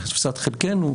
לתפיסת חלקנו,